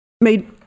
made